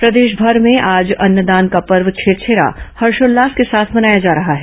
छेरछेरा प्रदेशमर में आज अन्नदान का पर्व छेरछेरा हर्षोल्लास के साथ मनाया जा रहा है